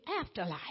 afterlife